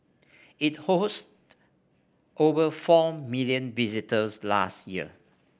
it hosted over four million visitors last year